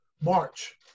March